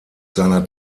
seiner